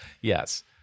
Yes